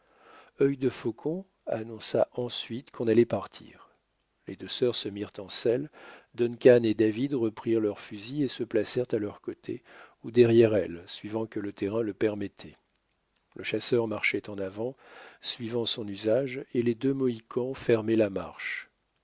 de faucon annonça ensuite qu'on allait partir les deux sœurs se mirent en selle duncan et david reprirent leurs fusils et se placèrent à leurs côtés ou derrière elles suivant que le terrain le permettait le chasseur marchait en avant suivant son usage et les deux mohicans fermaient la marche